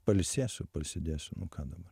pailsėsiu pasėdėsiu nu ką dabar